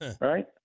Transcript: right